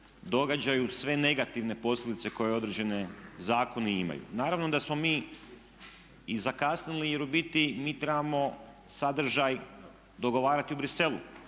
događaju sve negativne posljedice koje određeni zakoni imaju. Naravno da smo mi i zakasnili jer u biti mi trebamo sadržaj dogovarati u Bruxellesu